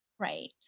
right